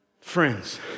Friends